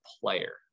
player